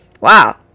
Wow